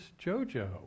Jojo